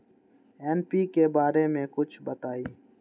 NPK बारे म कुछ बताई?